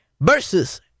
versus